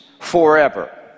forever